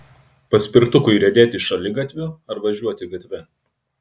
paspirtukui riedėti šaligatviu ar važiuoti gatve